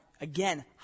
again